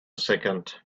second